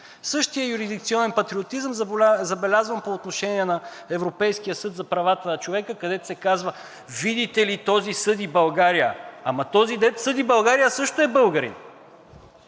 Същия юрисдикционен патриотизъм забелязвам по отношение на Европейския съд за правата на човека, където се казва: видите ли този съди България. Ама този, който съди България, също е българин.